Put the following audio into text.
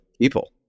people